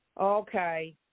Okay